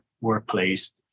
workplace